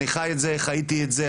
אני חיי את זה, חייתי את זה.